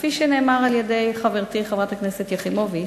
כפי שנאמר על-ידי חברתי חברת הכנסת יחימוביץ,